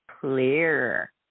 clear